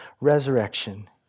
resurrection